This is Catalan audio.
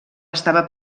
estava